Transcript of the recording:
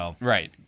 Right